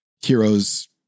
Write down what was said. heroes